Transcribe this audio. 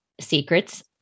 secrets